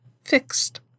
fixed